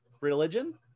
religion